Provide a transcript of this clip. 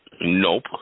nope